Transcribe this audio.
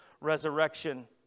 resurrection